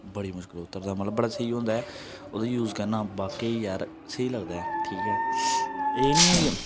बड़ी मुश्कलें उतरदा मतलब बड़ा स्हेई होंदा ऐ ओह्दा यूज करना बाकेआ यार स्हेई लगदा ठीक ऐ एह् नेईं ऐ कि